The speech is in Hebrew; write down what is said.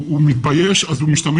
אם הוא מתבייש, הוא משתמש